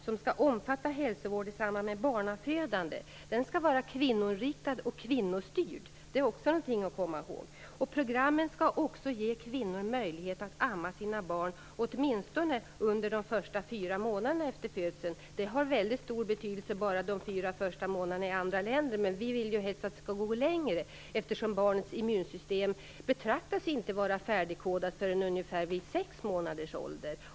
Det skall omfatta hälsovård i samband med barnafödande. Denna hälsovård skall vara kvinnoinriktad och kvinnostyrd - det måste man också komma ihåg. Programmen skall ge möjlighet för kvinnor att amma sina barn åtminstone under de första fyra första månaderna efter födseln. Det har väldigt stor betydelse i andra länder, men vi vill ju helst att amningen skall pågå längre, eftersom inte barnets immunsystem betraktas vara färdigutvecklat förrän ungefär vid sex månaders ålder.